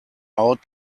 out